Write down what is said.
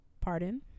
pardon